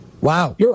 Wow